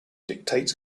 dictates